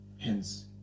Hence